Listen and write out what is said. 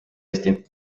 eesti